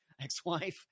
ex-wife